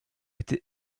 était